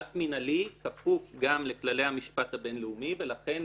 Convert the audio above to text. אקט מנהלי כפוף גם לכללי המשפט הבינלאומי ולכן,